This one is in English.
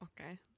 Okay